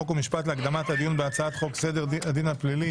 חוק ומשפט להקדמת הדיון בהצעת חוק סדר הדין הפלילי